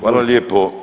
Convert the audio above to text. Hvala lijepo.